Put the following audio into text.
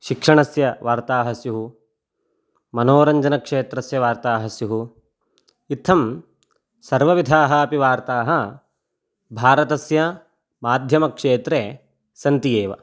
शिक्षणस्य वार्ताः स्युः मनोरञ्जनक्षेत्रस्य वार्ताः स्युः इत्थं सर्वविधाः अपि वार्ताः भारतस्य माध्यमक्षेत्रे सन्ति एव